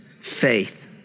faith